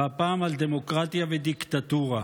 והפעם על דמוקרטיה ודיקטטורה.